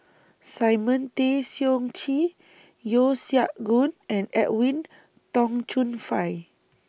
Simon Tay Seong Chee Yeo Siak Goon and Edwin Tong Chun Fai